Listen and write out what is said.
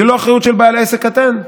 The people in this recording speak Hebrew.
זו לא אחריות של בעל עסק קטן.